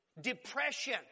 Depression